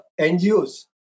NGOs